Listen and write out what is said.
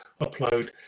upload